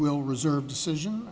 will reserve decision